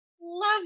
Love